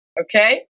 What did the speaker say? Okay